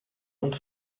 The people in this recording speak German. und